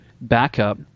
backup